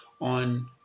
on